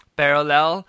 parallel